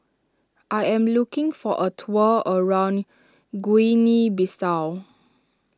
I am looking for a tour around Guinea Bissau